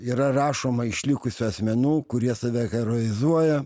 yra rašoma išlikusių asmenų kurie save heroizuoja